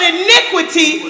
iniquity